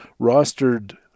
rostered